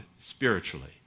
spiritually